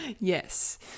Yes